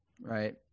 right